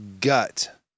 gut